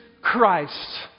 Christ